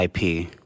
IP